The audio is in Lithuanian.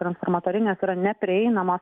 transformatorinės yra neprieinama